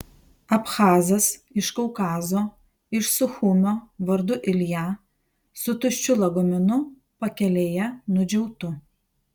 abchazas iš kaukazo iš suchumio vardu ilja su tuščiu lagaminu pakelėje nudžiautu